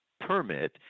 permit